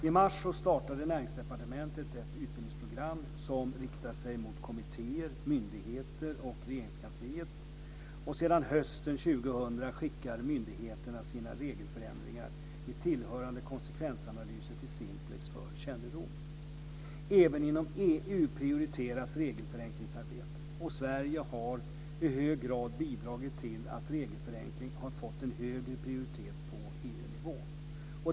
I mars startade Näringsdepartementet ett utbildningsprogram som riktar sig mot kommittéer, myndigheter och Regeringskansliet. Sedan hösten 2000 skickar myndigheterna sina regelförändringar med tillhörande konsekvensanalyser till Simplex för kännedom. Även inom EU prioriteras regelförenklingsarbetet. Sverige har i hög grad bidragit till att regelförenkling har fått en högre prioritet på EU-nivå.